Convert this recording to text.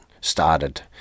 started